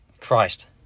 Christ